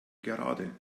gerade